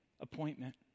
appointment